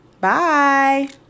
Bye